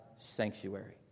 sanctuary